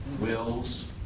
wills